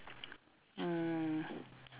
uh